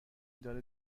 داره